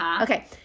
Okay